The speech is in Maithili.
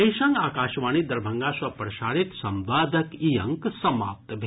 एहि संग आकाशवाणी दरभंगा सँ प्रसारित संवादक ई अंक समाप्त भेल